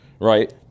right